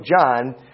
John